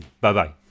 Bye-bye